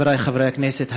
חברי חברי הכנסת,